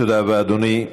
תודה רבה, אדוני.